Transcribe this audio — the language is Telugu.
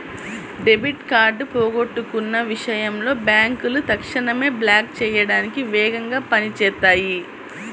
డెబిట్ కార్డ్ పోగొట్టుకున్న విషయంలో బ్యేంకులు తక్షణమే బ్లాక్ చేయడానికి వేగంగా పని చేత్తాయి